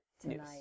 tonight